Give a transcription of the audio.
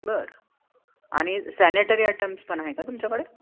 बरं आणि sanitary items पण आहे का तुमच्याकडे